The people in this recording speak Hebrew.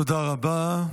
תודה רבה.